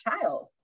child